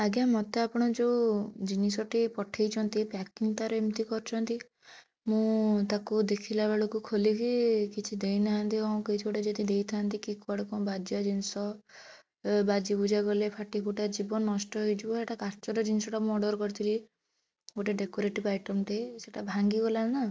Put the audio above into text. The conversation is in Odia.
ଆଜ୍ଞା ମୋତେ ଆପଣ ଯେଉଁ ଜିନିଷଟିଏ ପଠାଇଛନ୍ତି ପ୍ୟାକିଂ ତା'ର ଏମିତି କରିଛନ୍ତି ମୁଁ ତାକୁ ଦେଖିଲା ବେଳକୁ ଖୋଲିକି କିଛି ଦେଇନାହାଁନ୍ତି କ'ଣ କିଛି ଗୋଟେ ଯଦି ଦେଇଥାନ୍ତେ କି କୁଆଡ଼େ କ'ଣ ବାଜିବା ଜିନିଷ ବାଜି ବୁଯା ଗଲେ ଫାଟି ଫୁଟା ଯିବ ନଷ୍ଟ ହେଇଯିବ ଏଇଟା କାଚର ଜିନିଷଟା ମୁଁ ଅର୍ଡ଼ର କରିଥିଲି ଗୋଟେ ଡେକୋରେଟିଭ୍ ଆଇଟମ୍ଟେ ସେଇଟା ଭାଙ୍ଗିଗଲା ନା